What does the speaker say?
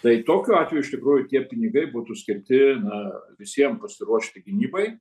tai tokiu atveju iš tikrųjų tie pinigai būtų skirti na visiem pasiruošti gynybai